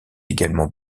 également